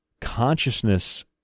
consciousness